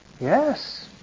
Yes